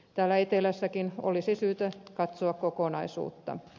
täällä etelässäkin olisi syytä katsoa kokonaisuutta